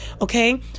okay